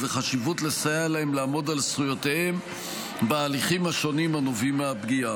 ובחשיבות לסייע להם לעמוד על זכויותיהם בהליכים השונים הנובעים מהפגיעה.